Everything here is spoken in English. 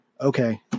okay